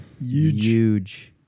Huge